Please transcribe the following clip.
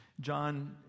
John